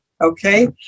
Okay